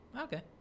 Okay